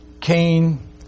Cain